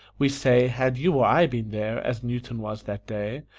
we say, had you or i been there, as newton was that day,